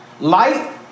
light